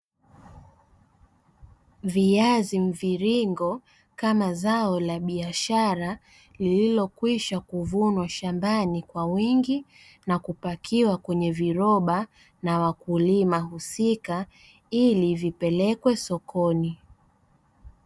Viazi mviringo kama zao la biashara lililokwishwa kuvunwa shambani kwa wingi, na kupakiwa kwenye viroba na wakulima husika ili vipelekwe sokoni.